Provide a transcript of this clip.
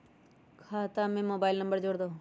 खाता में mobile number जोड़ दहु?